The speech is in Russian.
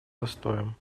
застоем